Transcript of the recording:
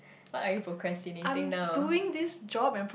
what are you procrastinating now